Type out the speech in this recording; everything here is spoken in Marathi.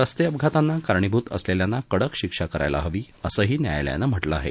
रस्ते अपघातांना कारणीभूत असलेल्यांना कडक शिक्षा करायला हवी असंही न्यायालयानं म्हटलं आहे